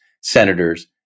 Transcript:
senators